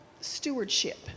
stewardship